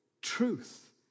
truth